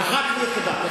אחת ויחידה.